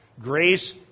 Grace